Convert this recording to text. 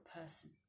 person